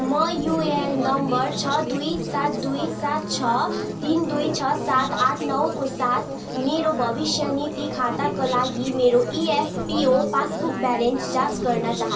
म UAN number छ दुई सात दुई सात छ तिन दुई छ सात आठ नौको साथ मेरो भविष्य नीति खाताका लागि मेरो इएफपिओ पासबुक ब्यालेन्स जाँच गर्न चाहन्छु